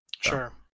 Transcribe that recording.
Sure